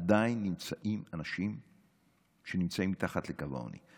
עדיין יש אנשים שנמצאים מתחת לקו העוני.